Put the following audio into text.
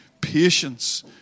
patience